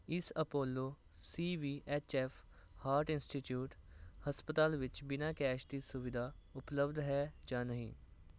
ਇਸ Apollo C V H F heart institute ਹਸਪਤਾਲ ਵਿੱਚ ਬਿਨਾ ਕੈਸ਼ ਦੀ ਸੁਵਿਧਾ ਉਪਲੱਬਧ ਹੈ ਜਾਂ ਨਹੀਂ